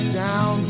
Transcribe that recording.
down